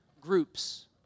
groups